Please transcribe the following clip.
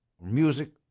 music